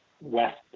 west